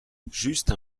juste